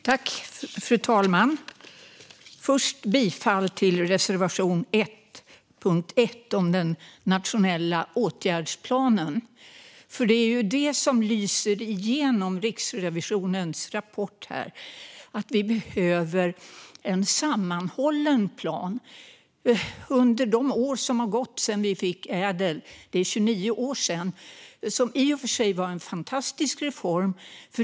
Fru talman! Först vill jag yrka bifall till reservation 1 under punkt 1 om den nationella åtgärdsplanen, för det som lyser igenom i Riksrevisionens rapport är att vi behöver en sammanhållen plan. Det har nu gått 29 år sedan vi fick Ädelreformen, som i och för sig var en fantastisk reform.